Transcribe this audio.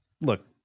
look